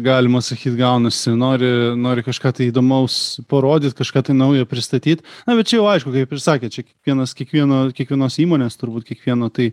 galima sakyt gaunasi nori nori kažką tai įdomaus parodyt kažką tai naujo pristatyt na bet čia jau aišku kaip ir sakėt čia kiekvienas kiekvieno kiekvienos įmonės turbūt kiekvieno tai